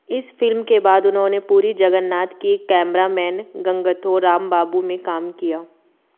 इस फिल्म के बाद उन्होंने पुरी जगन्नाथ की कैमरामैन गंगथो रामबाबू में काम किया